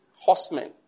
Horsemen